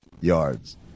yards